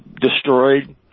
destroyed